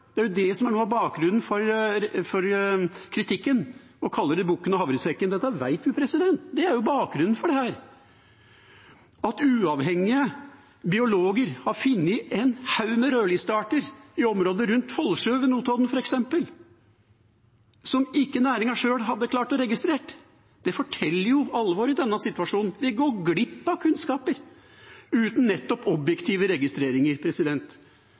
Det er det som er noe av bakgrunnen for kritikken, og at man kaller det bukken og havresekken. Dette vet vi, det er bakgrunnen for dette: at uavhengige biologer har funnet en haug med rødlistede arter, f.eks. i området rundt Follsjø ved Notodden, som ikke næringen sjøl hadde klart å registrere. Det forteller hva som er alvoret i denne situasjonen. Vi går glipp av kunnskaper uten nettopp objektive registreringer.